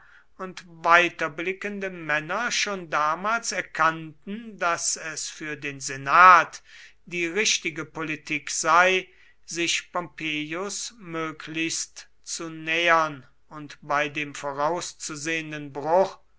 und weiterblickende männer schon damals erkannten daß es für den senat die richtige politik sei sich pompeius möglichst zu nähern und bei dem vorauszusehenden bruch